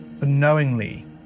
unknowingly